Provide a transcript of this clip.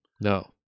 No